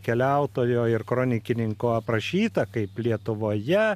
keliautojo ir kronikininko aprašyta kaip lietuvoje